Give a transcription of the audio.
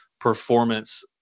performance